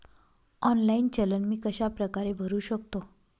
Online चलन मी कशाप्रकारे भरु शकतो?